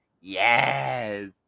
Yes